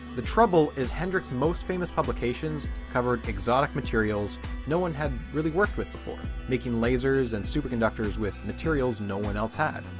the trouble is hendrik's most famous publications covered exotic materials no one had really worked with before, making lasers and superconductors with materials no one else had.